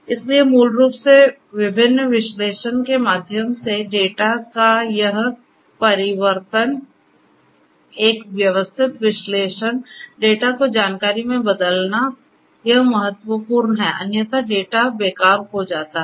इसलिए मूल रूप से विभिन्न विश्लेषण के माध्यम से डेटा का यह परिवर्तन एक व्यवस्थित विश्लेषण डेटा को जानकारी में बदलना होगा यह महत्वपूर्ण है अन्यथा डेटा बेकार हो जाता है